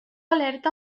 alerta